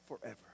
forever